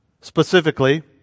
Specifically